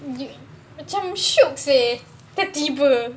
you macam shiok seh tiba-tiba